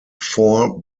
four